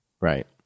right